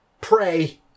pray